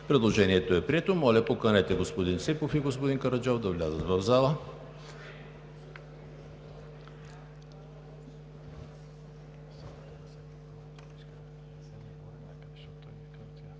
Предложението е прието. Моля, поканете господин Ципов и господин Караджов да влязат в залата.